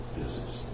business